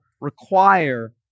require